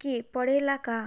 के पड़ेला का?